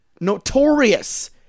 notorious